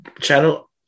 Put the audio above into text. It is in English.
channel